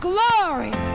Glory